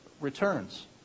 returns